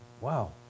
Wow